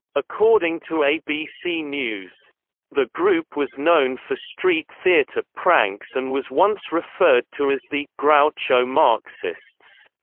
according to abc news the group was known for street theater pranks and was once referred to as the groucho marxists.